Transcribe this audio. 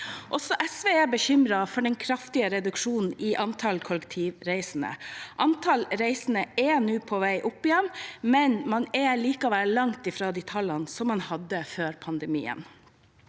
SV er bekymret for den kraftige reduksjonen i antall kollektivreisende. Antall reisende er nå på vei opp igjen, men man er likevel langt fra de tallene man hadde før pandemien.